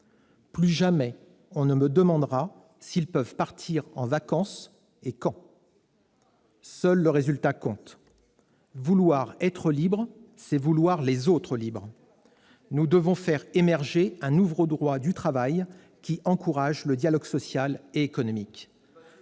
Plus jamais on ne me demande si elles peuvent partir en vacances ou quand. Seul le résultat compte. Vouloir être libre, c'est vouloir les autres libres. Nous devons faire émerger un nouveau droit du travail qui encourage le dialogue social et économique,